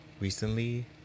recently